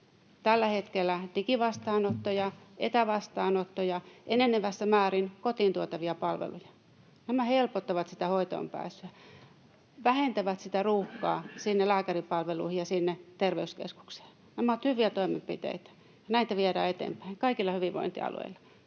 tällä hetkellä digivastaanottoja, etävastaanottoja, enenevässä määrin kotiin tuotavia palveluja. Nämä helpottavat sitä hoitoonpääsyä, vähentävät sitä ruuhkaa sinne lääkäripalveluihin ja sinne terveyskeskukseen. Nämä ovat hyviä toimenpiteitä. Näitä viedään eteenpäin kaikilla hyvinvointialueilla,